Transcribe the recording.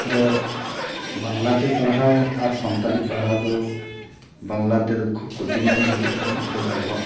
ᱫᱚ ᱵᱟᱝᱞᱟᱛᱮ ᱯᱟᱲᱦᱟᱣ ᱟᱨ ᱥᱟᱱᱛᱟᱞᱤ ᱯᱟᱲᱦᱟᱣ ᱫᱚ ᱵᱟᱝᱞᱟ ᱛᱮᱫᱚ ᱠᱷᱩᱵ ᱠᱚᱴᱷᱤᱱ ᱵᱚᱱ ᱵᱩᱡᱮᱫ ᱛᱟᱦᱮᱫ ᱱᱤᱛᱚᱜ ᱫᱚ ᱟᱵᱚᱣᱟᱜ